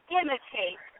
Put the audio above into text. imitate